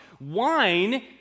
Wine